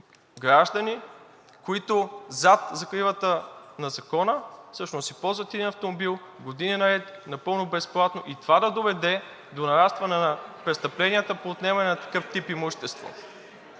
граждани, които зад закрилата на закона, всъщност си ползват един автомобил години наред, напълно безплатно и това да доведе до нарастване на престъпленията по отнемане на такъв тип имущество?